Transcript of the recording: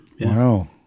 Wow